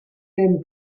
dem